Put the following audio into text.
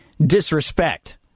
disrespect